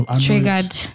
triggered